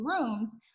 rooms